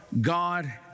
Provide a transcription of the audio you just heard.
God